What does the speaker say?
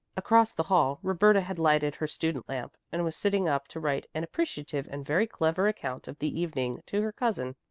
across the hall roberta had lighted her student lamp and was sitting up to write an appreciative and very clever account of the evening to her cousin,